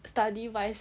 study wise